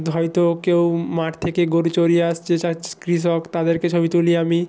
হয়তো কেউ মাঠ থেকে গরু চড়িয়ে আসছে চাষ কৃষক তাদেরকে ছবি তুলি আমি